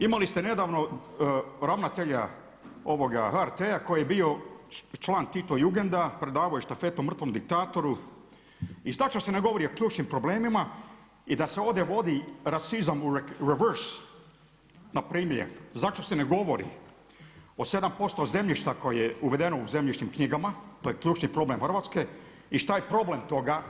Imali ste nedavno ravnatelja ovoga HRT-a koji je bio član tito jugenda, predavao je štafetu mrtvom diktatoru i zašto se ne govori o ključnim problemima i da se ovdje vodi rasizam reverse npr. zašto se ne govorio o 7% zemljišta koje je uvedeno u zemljišnim knjigama, to je ključni problem Hrvatske i šta je problem toga?